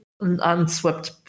unswept